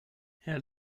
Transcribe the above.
herr